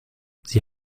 sie